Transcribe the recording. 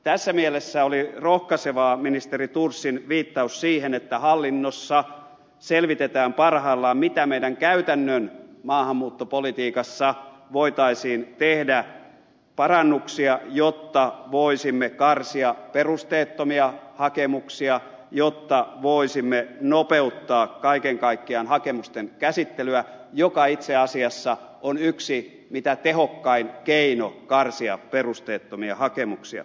tässä mielessä oli rohkaisevaa ministeri thorsin viittaus siihen että hallinnossa selvitetään parhaillaan mitä parannuksia meidän käytännön maahanmuuttopolitiikassa voitaisiin tehdä jotta voisimme karsia perusteettomia hakemuksia jotta voisimme nopeuttaa kaiken kaikkiaan hakemusten käsittelyä mikä itse asiassa on mitä tehokkain keino karsia perusteettomia hakemuksia